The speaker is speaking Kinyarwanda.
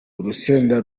urusenda